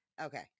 Okay